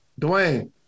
Dwayne